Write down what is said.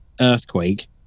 earthquake